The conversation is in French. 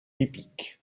hippique